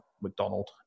McDonald